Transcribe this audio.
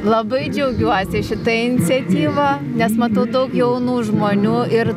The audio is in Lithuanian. labai džiaugiuosi šita iniciatyva nes matau daug jaunų žmonių ir